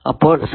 അപ്പോൾ 7